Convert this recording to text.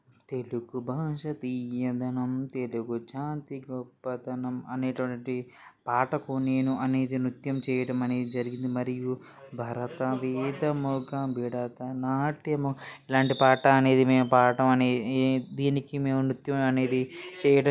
తెలుగు భాష తియ్యదనం తెలుగు జాతి గొప్పతనం అనేటటువంటి పాటకు నేను అనేది నృత్యం చేయడం అనేది జరిగింది మరియు భరత వేదం ఒక విడత నాట్యము ఇలాంటి పాట అనేది మేము పాడటం అనేవి దీనికి మేము నృత్యం అనేది చేయడం